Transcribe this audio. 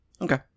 Okay